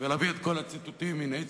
ולהביא את כל הציטוטים מני ציטוטים,